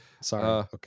Sorry